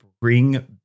bring